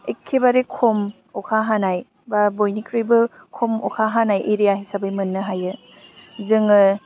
एखखेबारे खम अखा हानाय बा बयनिख्रुइबो खम अखा हानाय एरिया हिसाबै मोननो हायो जोङो